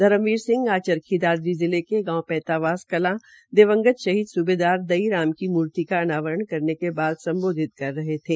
धर्मवीर सिंह आज चरखीदादरी जिले के गांव पैंतावास कलां दिवंगत शहीद सूबेदार दईराम की मूर्ति का अनावरा करने के बाद सम्बोधित कर रहे थे